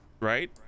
right